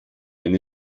wenn